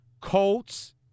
Colts